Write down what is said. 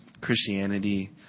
Christianity